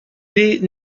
did